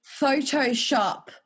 Photoshop